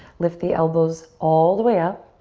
lift the elbows all the way up.